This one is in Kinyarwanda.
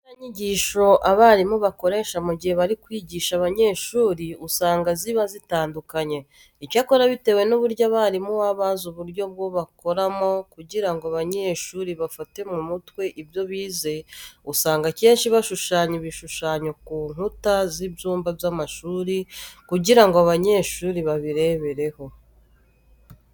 Imfashanyigisho abarimu bakoresha mu gihe bari kwigisha abanyeshuri usanga ziba zitandukanye. Icyakora bitewe n'uburyo abarimu baba bazi uburyo bwose bakoramo kugira ngo abanyeshuri bafate mu mutwe ibyo bize, usanga akenshi bashushanya ibishushanyo ku nkuta z'ibyumba by'amashuri kugira ngo abanyeshuri babirebereho.